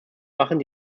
machen